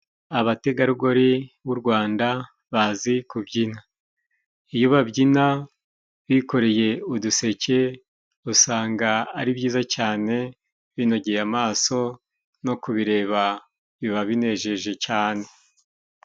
Abategarugori b'u Rwanda bazi kubyina. Iyo babyina bikoreye uduseke, usanga ari byiza cyane, binogeye amaso, no kubireba biba binejeje cyane.